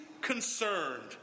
concerned